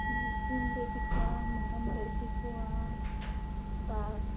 ᱥᱤᱢ ᱞᱮ ᱤᱫᱤ ᱠᱚᱣᱟ ᱢᱮᱨᱚᱢ ᱞᱮ ᱤᱫᱤ ᱠᱚᱣᱟ